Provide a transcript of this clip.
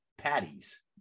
Patties